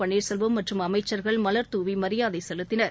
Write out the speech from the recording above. பள்ளீர்செல்வம் மற்றும் அமைச்சர்கள் மலர்த்துவிமரியாதைசெலுத்தினர்